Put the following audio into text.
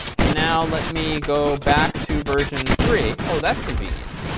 and now let me go back to version three. oh, that's convenient.